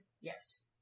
Yes